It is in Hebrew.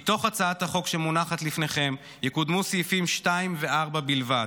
מתוך הצעת החוק שמונחת לפניכם יקודמו סעיפים 2 ו-4 בלבד.